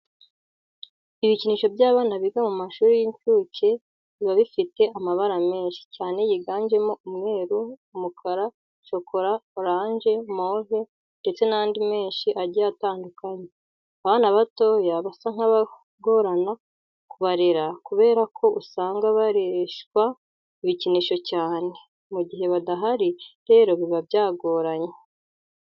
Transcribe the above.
Ibikinisho by'abana biga mu mashuri y'inshuke biba bifite amabara menshi cyane yiganjemo umweru, umukara, shokora, oranje, move ndetse n'andi menshi agiye atandukanye. Abana batoya basa nk'abagorana kubarera kubera ko usanga barereshwa ibikinisho cyane. Mu gihe bidahari rero biba byagoranye.